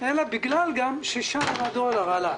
אלא גם בגלל ששער הדולר עלה.